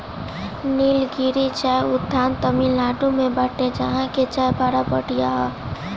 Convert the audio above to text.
निलगिरी चाय उद्यान तमिनाडु में बाटे जहां के चाय बड़ा बढ़िया हअ